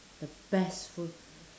the best food